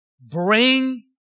bring